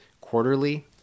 quarterly